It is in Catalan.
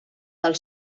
del